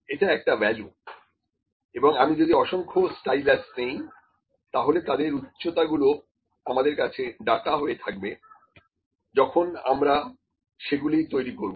এটা একটা ভ্যালু এবং আমি যদি অসংখ্য স্টাইলাস নেই তাহলে তাদের উচ্চতা গুলো আমাদের কাছে ডাটা হয়ে থাকবে যখন আমরা সেগুলো তৈরি করব